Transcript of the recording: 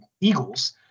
Eagles